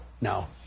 no